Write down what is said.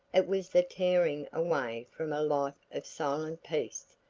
it was the tearing away from a life of silent peace,